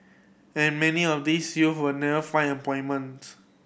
and many of these youth will never find employment